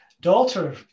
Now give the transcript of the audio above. daughter